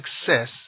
success